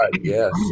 yes